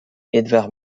edvard